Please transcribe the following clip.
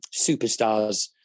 superstars